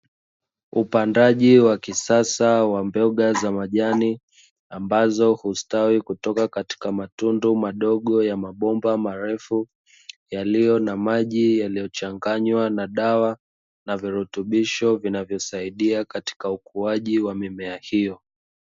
Upandaji wa kisasa wa mboga za majani ambazo hustawi kutoka katika matundu madogo ya mabomba, marefu yaliyo na maji yaliyochanganywa na dawa na virutubisho vinavyosaidia katika ukuaji wa mimea hiyo.